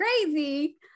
crazy